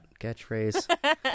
catchphrase